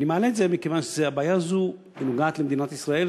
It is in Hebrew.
ואני מעלה את זה מכיוון שהבעיה הזאת נוגעת למדינת ישראל,